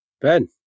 Ben